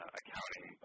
accounting